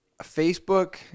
Facebook